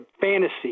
fantasy